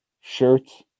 shirts